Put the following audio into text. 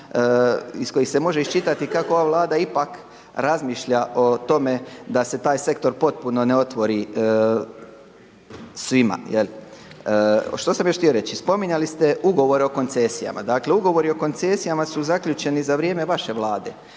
iz kojih se može iščitati kako ova Vlada ipak razmišlja o tome da se taj sektor potpuno ne otvori svima. Što sam još htio reći? Spominjali ste ugovore o koncesijama, dakle ugovori o koncesijama su zaključeni za vrijeme vaše Vlade.